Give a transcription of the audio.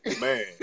Man